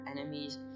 enemies